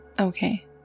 Okay